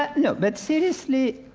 ah no. but seriously,